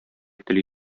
тели